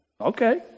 Okay